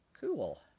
cool